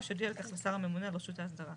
יודיע על כך לשר הממונה על רשות ההסדרה.